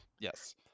Yes